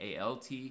ALT